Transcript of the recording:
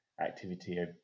activity